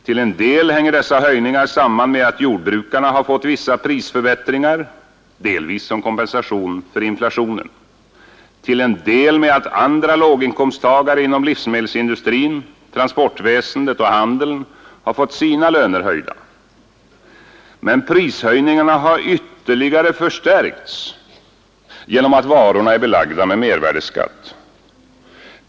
Till en del hänger dessa höjningar samman med att jordbrukarna har fått vissa prisförbättringar — delvis som kompensation för inflationen — och till en del med att andra låginkomsttagare inom livsmedelsindustrin, transportväsendet och handeln har fått sina löner höjda. Men prishöjningarna har ytterligare förstärkts genom att varorna är belagda med mervärdeskatt.